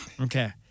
Okay